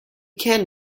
can